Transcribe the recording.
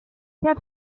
herr